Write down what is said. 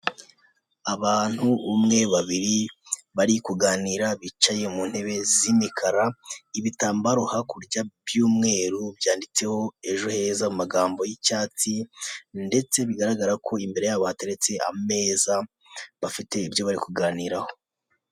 Abantu umwe, babiri bari kuganira bicaye mu ntebe z'imikara, ibitambaro hakurya by'umweru byanditseho ejo heza amagambo y'icyatsi, ndetse bigaragara ko imbere y'abo hateretse ameza bafite ibyo bari kuganiraho.